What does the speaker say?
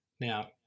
Now